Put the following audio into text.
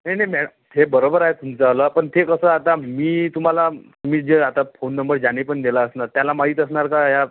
नाही नाही मॅडम हे बरोबर आहे तुमचं ज्याला पण ठीक कसं आता मी तुम्हाला मी जे आता फोन नंबर ज्याने पण दिला असणार त्याला माहीत असणार काय ह्या